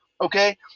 Okay